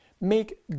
Make